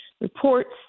reports